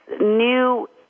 new